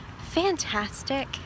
fantastic